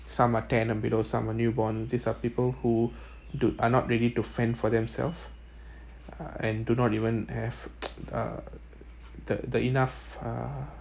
some are ten and below some are newborn these are people who do are not ready to fend for themself uh and do not even have uh the the enough uh